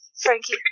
Frankie